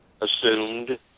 assumed